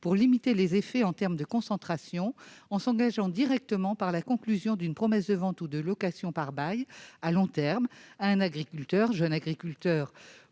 pour limiter les effets en termes de concentration, en s'engageant directement par la conclusion d'une promesse de vente ou de location par bail à long terme avec un agriculteur- un jeune agriculteur